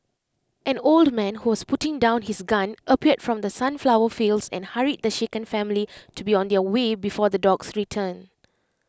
an old man who was putting down his gun appeared from the sunflower fields and hurried the shaken family to be on their way before the dogs return